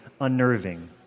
unnerving